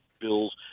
bills